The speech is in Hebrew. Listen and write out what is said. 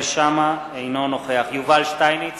אינו נוכח יובל שטייניץ,